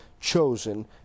chosen